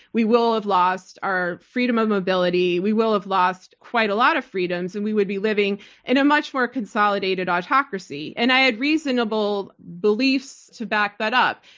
we will have lost our freedom of mobility. we will have lost quite a lot of freedoms. and we would be living in a much more consolidated autocracy. autocracy. and i had reasonable beliefs to back that up.